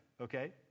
okay